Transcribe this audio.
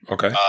Okay